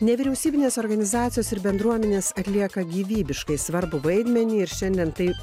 nevyriausybinės organizacijos ir bendruomenės atlieka gyvybiškai svarbų vaidmenį ir šiandien tai